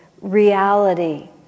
reality